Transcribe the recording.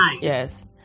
yes